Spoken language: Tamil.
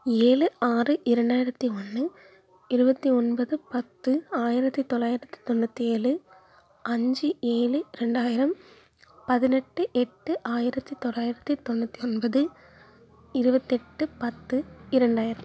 ஏழு ஆறு இரண்டாயிரத்தி ஒன்று இருபத்தி ஒன்பது பத்து ஆயிரத்தி தொள்ளாயிரத்தி தொண்ணூற்றி ஏழு அஞ்சு ஏழு ரெண்டாயிரம் பதினெட்டு எட்டு ஆயிரத்தி தொள்ளாயிரத்தி தொண்ணூற்றி ஒன்பது இருபத்தெட்டு பத்து இரண்டாயிரம்